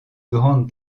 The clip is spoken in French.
grandes